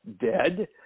Dead